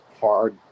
hard